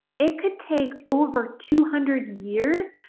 it could take over two hundred years,